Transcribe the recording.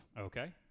Okay